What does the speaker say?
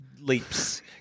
leaps